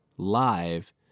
live